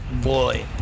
Boy